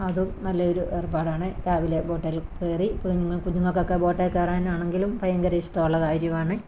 അതും നല്ലൊരു ഏർപ്പാടാണ് രാവിലെ ബോട്ടേല് കയറി കുഞ്ഞുങ്ങ കുഞ്ഞുങ്ങൾക്കൊക്കെ ബോട്ടേ കയറാനാണെങ്കിലും ഭയങ്കര ഇഷ്ടമുള്ള കാര്യമാണ്